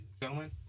gentlemen